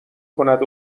کند